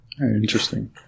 Interesting